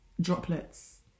Droplets